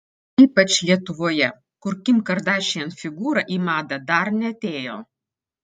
ypač lietuvoje kur kim kardashian figūra į madą dar neatėjo